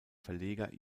verleger